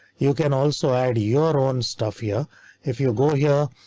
you can also add your own stuff here if you go here,